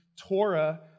Torah